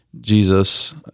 Jesus